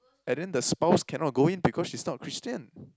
and then the spouse cannot go in because she's not Christian